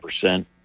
percent